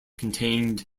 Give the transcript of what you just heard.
contained